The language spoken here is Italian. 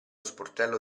sportello